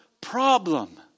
problem